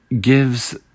gives